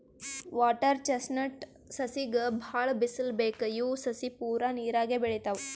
water chestnut ಸಸಿಗ್ ಭಾಳ್ ಬಿಸಲ್ ಬೇಕ್ ಇವ್ ಸಸಿ ಪೂರಾ ನೀರಾಗೆ ಬೆಳಿತಾವ್